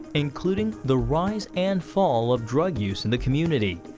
including the rise and fall of drug use in the community.